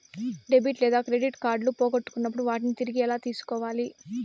debit లేదా credit కార్డులు పోగొట్టుకున్నప్పుడు వాటిని తిరిగి ఎలా తీసుకోవాలి